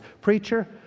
Preacher